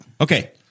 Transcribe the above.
okay